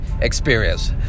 experience